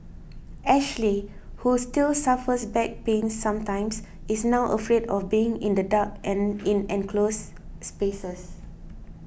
Ashley who still suffers back pains sometimes is now afraid of being in the dark and in enclosed spaces